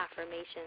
affirmations